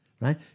Right